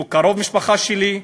שהוא קרוב משפחה שלי,